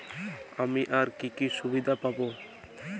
আমি আর কি কি সুবিধা পাব?